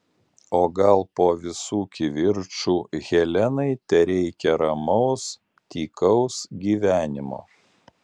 o gal po visų kivirčų helenai tereikia ramaus tykaus gyvenimo